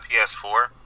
PS4